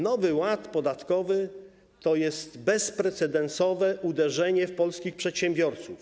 Nowy Ład podatkowy to jest bezprecedensowe uderzenie w polskich przedsiębiorców.